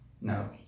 No